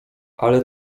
ale